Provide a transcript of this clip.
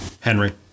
Henry